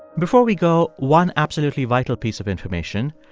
before we go, one absolutely vital piece of information.